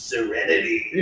Serenity